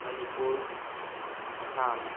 Manipur Assam